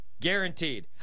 Guaranteed